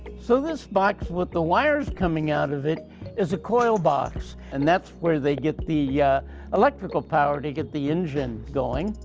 so this box with the wires coming out of it is a coil box, and that's where they get the yeah electrical power to get the engine going.